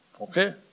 Okay